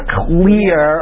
clear